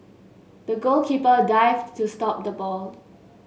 the goalkeeper dived to stop the ball